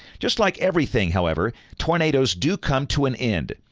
just like everything, however, tornadoes do come to an end.